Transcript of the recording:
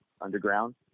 underground